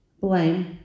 blame